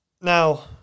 Now